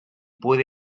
puede